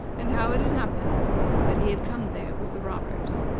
and how it had happened that he had come there with the robbers.